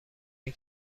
این